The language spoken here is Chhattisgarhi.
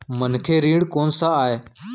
मनखे ऋण कोन स आय?